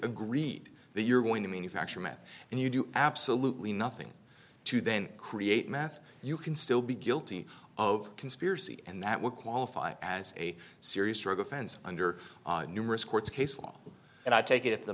agreed that you're going to manufacture met and you do absolutely nothing to then create math you can still be guilty of conspiracy and that would qualify as a serious drug offense under numerous court case law and i take it if the